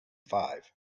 five